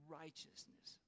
righteousness